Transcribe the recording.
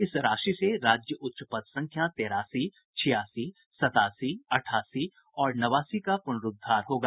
इस राशि से राज्य उच्च पथ संख्या तेरासी छियासी सत्तासी अठासी और नवासी का पुनरूद्वार होगा